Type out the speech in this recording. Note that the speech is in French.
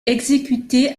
exécutés